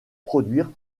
produire